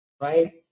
right